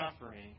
suffering